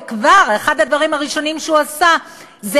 וכבר אחד הדברים הראשונים שהוא עשה זה